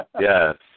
Yes